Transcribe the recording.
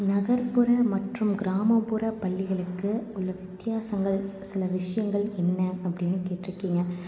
நகர்புற மற்றும் கிராமப்புற பள்ளிகளுக்கு உள்ள வித்தியாசங்கள் சில விஷயங்கள் என்ன அப்படின்னு கேட்டுருக்கீங்க